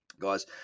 Guys